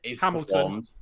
hamilton